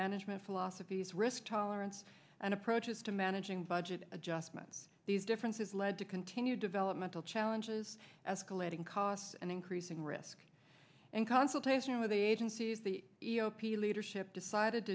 management philosophies risk tolerance and approaches to managing budget adjustments these differences lead to continue developmental challenges as collating costs and increasing risk and consultation with the agencies the e o p leadership decided